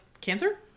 cancer